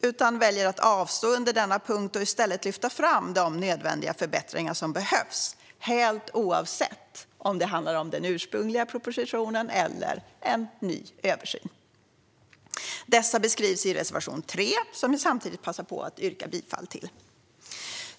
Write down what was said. Vi väljer att avstå under denna punkt och i stället lyfta fram de nödvändiga förbättringar som behövs, helt oavsett om det handlar om den ursprungliga propositionen eller en ny översyn. Dessa beskrivs i reservation 3, som jag samtidigt passar på att yrka bifall till.